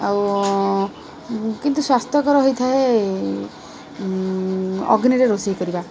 ଆଉ କିନ୍ତୁ ସ୍ୱାସ୍ଥ୍ୟକର ହୋଇଥାଏ ଅଗ୍ନିରେ ରୋଷେଇ କରିବା